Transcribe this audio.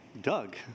Doug